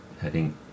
heading